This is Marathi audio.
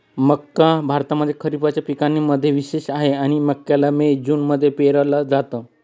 मक्का भारतामध्ये खरिपाच्या पिकांना मध्ये विशेष आहे, मक्याला मे जून मध्ये पेरल जात